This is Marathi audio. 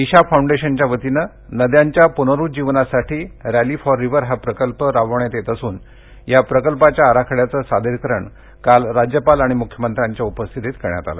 ईशा फाऊंडेशनच्या वतीनं नद्यांच्या पुनरुज्जीवनासाठी रॅली फॉर रिव्हर हा प्रकल्प राबविण्यात येत या प्रकल्पाच्या आराखड्याचे सादरीकरण काल राज्यपाल विद्यासागर राव आणि मुख्यमंत्र्यांच्या उपस्थितीत करण्यात आलं